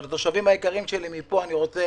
לתושבים היקרים שלי, אני רוצה